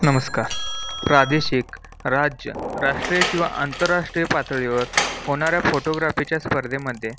नमस्कार प्रादेशिक राज्य राष्ट्रीय किंवा आंतरराष्ट्रीय पातळीवर होणाऱ्या फोटोग्राफीच्या स्पर्धेमध्ये